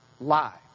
Lie